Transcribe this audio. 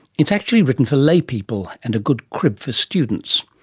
it's actually written for laypeople, and a good crib for students.